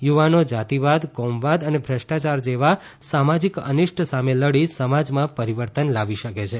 યુવાનો જાતિવાદ કોમવાદ અને ભ્રષ્ટાયાર જેવા સામાજિક અનિષ્ટ સામે લડી સમાજમાં પરિવર્તન લાવી શકે છે